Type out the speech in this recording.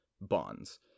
bonds